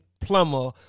plumber